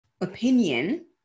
opinion